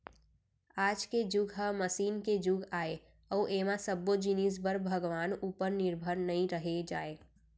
आज के जुग ह मसीन के जुग आय अउ ऐमा सब्बो जिनिस बर भगवान उपर निरभर नइ रहें जाए